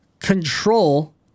Control